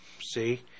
see